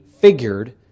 figured